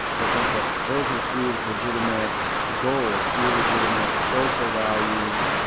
they'll think that those are three legitimate goals, three legitimate social values,